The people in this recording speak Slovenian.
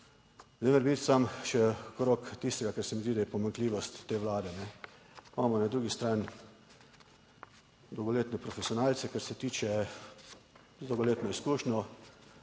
Zdaj morebiti samo še okrog tistega, kar se mi zdi, da je pomanjkljivost te vlade. Imamo na drugi strani dolgoletne profesionalce, kar se tiče z dolgoletno izkušnjo